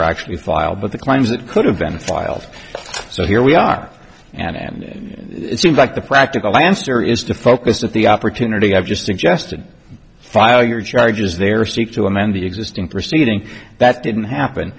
are actually filed but the claims that could have been filed so here we are and it seems like the practical answer is to focus at the opportunity i've just suggested file your charges there seek to amend the existing proceeding that didn't happen